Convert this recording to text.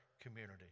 community